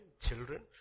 children